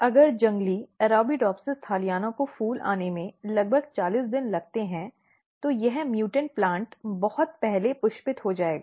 अगर जंगली Arabidopsis thaliana को फूल आने में लगभग 40 दिन लगते हैं तो यह म्यूटॅन्ट पौधा बहुत पहले पुष्पित हो जाएगा